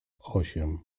osiem